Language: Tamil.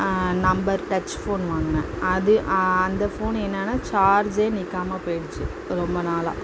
நம்பர் டச் ஃபோன் வாங்கினேன் அது அந்த ஃபோன் என்னென்னா சார்ஜே நிற்காம போயிடுச்சு ரொம்ப நாளாக